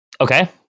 Okay